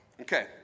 Okay